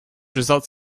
results